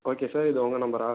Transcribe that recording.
okay sir இது உங்கள் நம்பரா